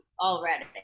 already